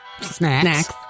Snacks